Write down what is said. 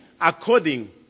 according